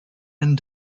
and